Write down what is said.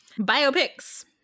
Biopics